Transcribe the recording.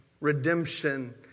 redemption